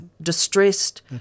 distressed